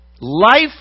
life